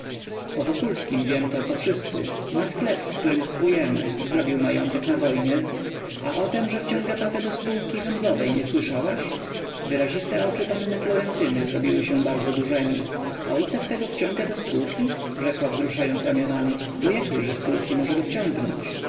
coś wiesz o wokulskim wiem to co wszyscy ma sklep w którym kupujemy zrobił majątek na wojnie a o tem że wciąga papę do spółki handlowej nie słyszałaś wyraziste oczy panny florentyny zrobiły się bardzo dużemi ojca twego wciąga do spółki rzekła wzruszając ramionami do jakiejże spółki może